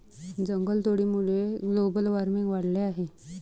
जंगलतोडीमुळे global warming वाढले आहे